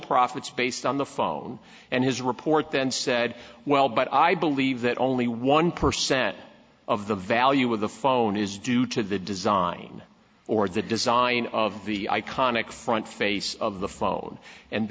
profits based on the phone and his report then said well but i believe that only one percent of the value of the phone is due to the design or the design of the iconic front face of the phone and